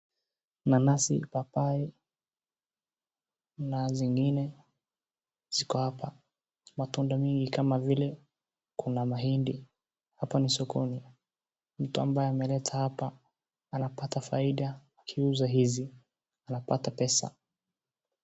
Nanasi, papayi na zingine ziko hapa Matunda mingi kama vile, kuna mahindi. Hapa ni sokoni, mtu ambaye ameleta hapa anapata faida, akiuza hizi anapata pesa.